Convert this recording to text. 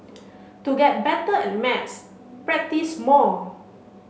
to get better at maths practise more